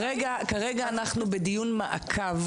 אנחנו עכשיו בדיון מעקב